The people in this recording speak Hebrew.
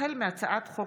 החל מהצעת חוק